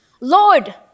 Lord